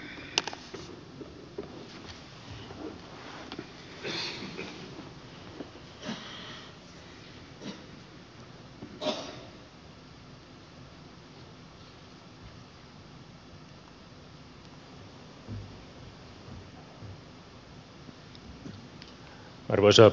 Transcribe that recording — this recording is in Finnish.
arvoisa puhemies